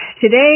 today